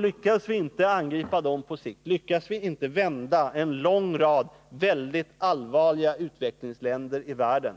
Lyckas vi inte angripa dem på sikt, lyckas vi inte vända den väldigt allvarliga situation som råder i en lång rad utvecklingsländer i världen,